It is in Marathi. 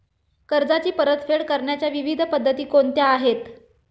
कर्जाची परतफेड करण्याच्या विविध पद्धती कोणत्या आहेत?